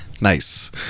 nice